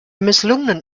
misslungenen